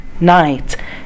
night